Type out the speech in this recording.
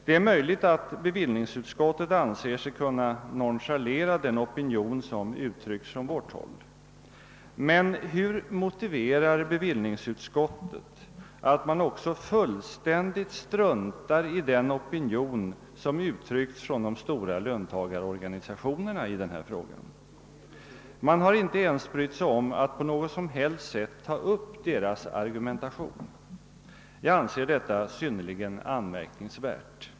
Det är möjligt att bevillningsutskottet anser sig kunna nonchalera den opinion som uttrycks från vårt håll. Men hur motiverar bevillningsutskottet att man också helt struntar i den opinion som uttryckts från de stora löntagarorganisationerna i denna fråga? Man har inte ens brytt sig om att på något som helst sätt ta upp deras argumentation. Jag anser detta vara synnerligen anmärkningsvärt.